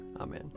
Amen